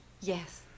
yes